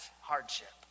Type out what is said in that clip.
hardship